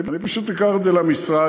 אני פשוט אקח את זה למשרד.